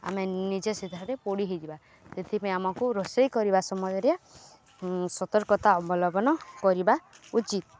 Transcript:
ଆମେ ନିଜେ ସେଧାରେ ପୋଡ଼ି ହେଇଯିବା ସେଥିପାଇଁ ଆମକୁ ରୋଷେଇ କରିବା ସମୟରେ ସତର୍କତା ଅବଲମ୍ବନ କରିବା ଉଚିତ୍